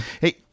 Hey